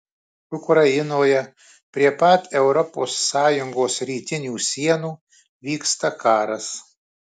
ukrainoje prie pat europos sąjungos rytinių sienų vyksta karas